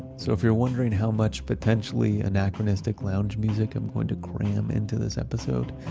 so if you're wondering how much, potentially anachronistic lounge music i'm going to cram into this episode,